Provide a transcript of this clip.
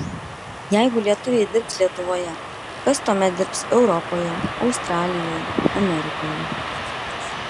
jeigu lietuviai dirbs lietuvoje kas tuomet dirbs europoje australijoje amerikoje